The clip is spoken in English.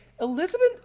Elizabeth